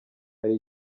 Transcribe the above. hari